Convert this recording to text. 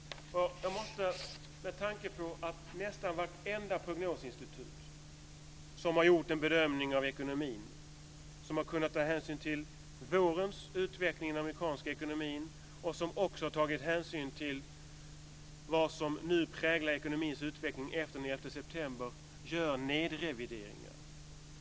Nästan vartenda prognosinstitut som har gjort en bedömning av ekonomin, och som har kunnat ta hänsyn till vårens utveckling i den amerikanska ekonomin och det som nu präglar ekonomins utveckling efter den 11 september, gör nedrevideringar.